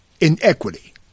inequity